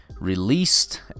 released